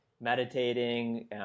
meditating